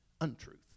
untruth